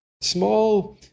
small